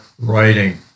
writing